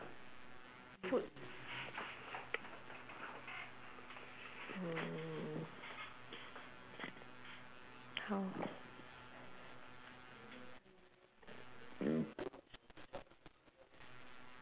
food hmm how